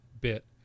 bit